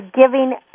giving